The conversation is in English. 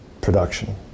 production